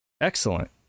Excellent